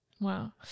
Wow